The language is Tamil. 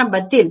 ஆரம்பத்தில்